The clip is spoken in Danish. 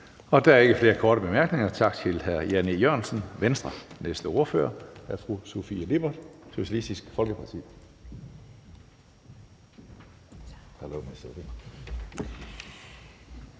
Der er ikke flere korte bemærkninger. Tak til hr. Jan E. Jørgensen, Venstre. Næste ordfører er fru Sofie Lippert, Socialistisk Folkeparti.